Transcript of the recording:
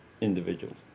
individuals